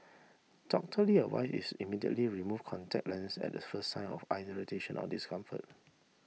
Doctor Lee advice is immediately remove contact lenses at the first sign of eye irritation or discomfort